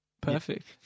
perfect